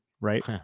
right